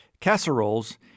casseroles